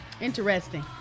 Interesting